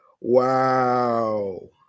wow